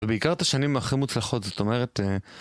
בעיקר את השנים הכי מוצלחות, זאת אומרת...